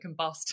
combust